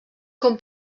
com